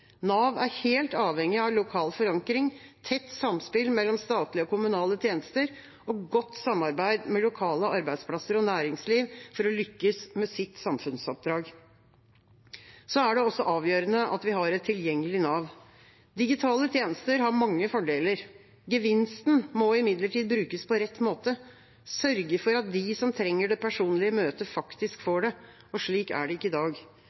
Nav er helt avhengig av lokal forankring, tett samspill mellom statlige og kommunale tjenester og godt samarbeid med lokale arbeidsplasser og næringsliv for å lykkes med sitt samfunnsoppdrag. Så er det også avgjørende at vi har et tilgjengelig Nav. Digitale tjenester har mange fordeler. Gevinsten må imidlertid brukes på rett måte – sørge for at de som trenger det personlige møtet, faktisk får det. Slik er det ikke i dag.